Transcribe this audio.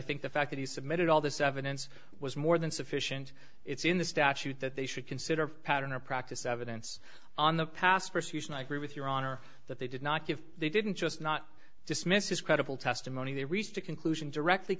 think the fact that he submitted all this evidence was more than sufficient it's in the statute that they should consider pattern or practice events on the past persecution i grew with your honor that they did not give they didn't just not dismiss his credible testimony they reached a conclusion directly